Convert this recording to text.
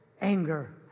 anger